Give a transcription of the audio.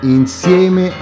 insieme